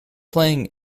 playing